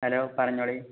hello പറഞ്ഞോളു